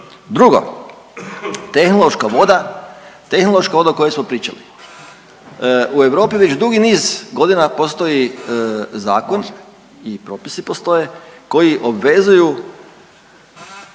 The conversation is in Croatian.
Drugo, tehnološka voda, tehnološka voda o kojoj smo pričali. U Europi već dugi niz godina postoji zakon i propisi postoje koji obvezuju